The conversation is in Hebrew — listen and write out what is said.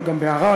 אבל גם בערד,